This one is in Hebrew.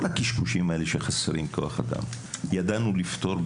כל הקשקושים האלו שחסר כוח אדם - ידענו לפתור.